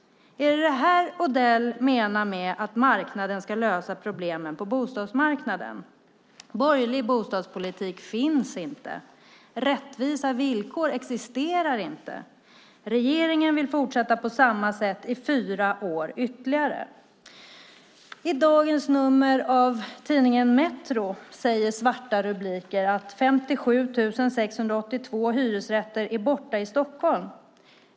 Är det vad Odell menar med att marknaden ska lösa problemen på bostadsmarknaden? Borgerlig bostadspolitik finns inte. Rättvisa villkor existerar inte. Regeringen vill fortsätta på samma sätt i fyra år ytterligare. I dagens nummer av tidningen Metro säger svarta rubriker att 57 682 hyresrätter är borta i Stockholm.